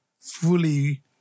fully